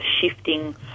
shifting